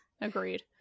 agreed